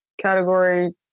category